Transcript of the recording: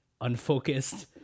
unfocused